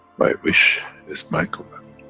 my wish is my command.